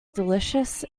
delicious